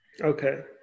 Okay